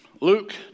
Luke